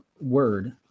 word